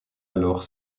alors